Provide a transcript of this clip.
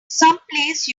someplace